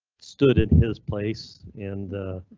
stood in his place, and.